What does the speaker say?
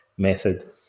Method